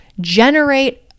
generate